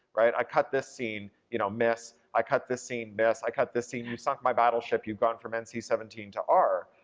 right. i cut this scene, you know, miss. i cut this scene, miss. i cut this scene, you sunk my battleship. you've gone from and nc seventeen to r.